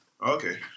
Okay